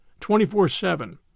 24-7